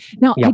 Now